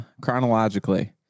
chronologically